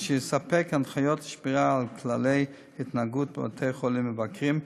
אשר יספק הנחיות לשמירה על כללי התנהגות בבתי-חולים למבקרים ולצוות.